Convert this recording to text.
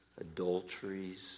adulteries